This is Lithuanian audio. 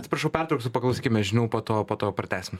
atsiprašau pertrauksiu paklausykime žinių po to po to pratęsim